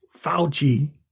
Fauci